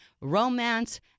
romance